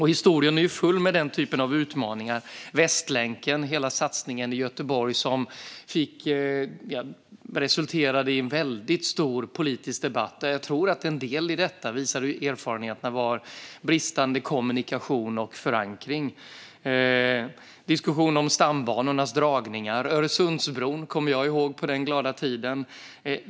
Historien är full av den typen av utmaningar, till exempel Västlänken, hela satsningen i Göteborg som resulterade i en väldigt stor politisk debatt. Erfarenheterna visar att en del i detta var bristande kommunikation och förankring. Det gäller även diskussionen om stambanornas dragningar och om Öresundsbron på den glada tiden som jag kommer ihåg.